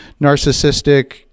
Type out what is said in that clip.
narcissistic